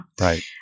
Right